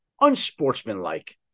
unsportsmanlike